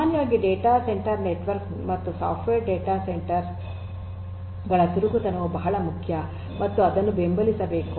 ಸಾಮಾನ್ಯವಾಗಿ data centre network ಮತ್ತು software data centre ಗಳ ಚುರುಕುತನವು ಬಹಳ ಮುಖ್ಯ ಮತ್ತು ಅದನ್ನು ಬೆಂಬಲಿಸಬೇಕು